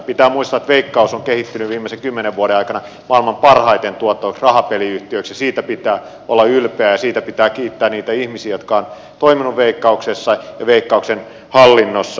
pitää muistaa että veikkaus on kehittynyt viimeisen kymmenen vuoden aikana maailman parhaiten tuottavaksi rahapeliyhtiöksi ja siitä pitää olla ylpeä ja siitä pitää kiittää niitä ihmisiä jotka ovat toimineet veikkauksessa ja veikkauksen hallinnossa